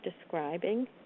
describing